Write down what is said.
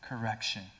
correction